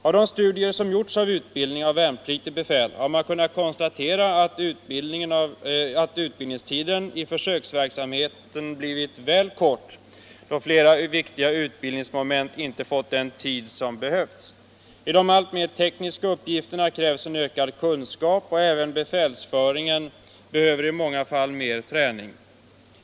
Av de studier som gjorts av utbildningen av värnpliktigt befäl har man kunnat konstatera att utbildningstiden i försöksverksamheten blivit väl kort på grund av att flera viktiga utbildningsmoment inte fått den tid som behövs. För de alltmer tekniska uppgifterna krävs ökad kunskap, och även i befälsföring behövs i många fall mer träning.